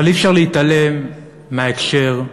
אבל אי-אפשר להתעלם מההקשר.